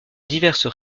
diverses